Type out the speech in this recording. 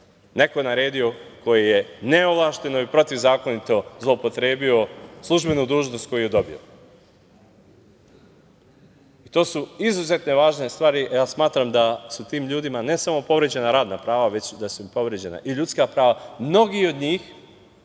neko naredio ko je neovlašteno i protiv zakonito zloupotrebio službenu dužnost koju je dobio. To su izuzetno važne stvari. Ja smatram da su tim ljudima ne samo povređena radna prava već da su im povređena i ljudska prava. Mnogi od njih